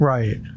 Right